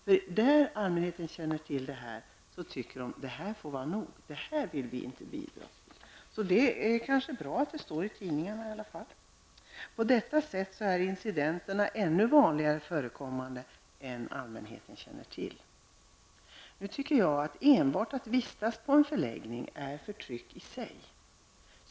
I de fall allmänheten känner till brotten, tycker man att det får vara nog och att man inte vill bidra till det. Det är kanske bra att det står i tidningarna i alla fall. Incidenterna är således ännu mer vanligt förekommande än vad allmänheten känner till. Enbart det faktum att man vistas på en förläggning tycker jag utgör förtryck i sig.